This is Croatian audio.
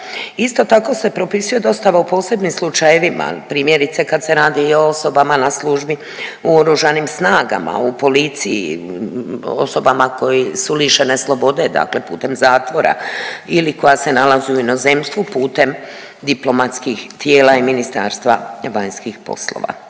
Isto tako se propisuje dostava u posebnim slučajevima, primjerice kad se radi o osobama na službi u oružanim snagama, u policiji, osobama koji su lišene slobode dakle putem zatvora ili koja se nalazi u inozemstvu putem diplomatskih tijela i MVEP-a. Treba naglasit i to